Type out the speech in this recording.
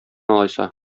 алайса